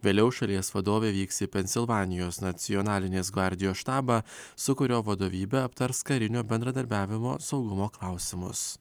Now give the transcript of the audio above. vėliau šalies vadovė vyks į pensilvanijos nacionalinės gvardijos štabą su kuriuo vadovybė aptars karinio bendradarbiavimo saugumo klausimus